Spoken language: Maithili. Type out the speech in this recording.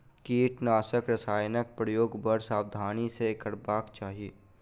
कीटनाशक रसायनक प्रयोग बड़ सावधानी सॅ करबाक चाही